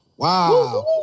Wow